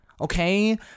Okay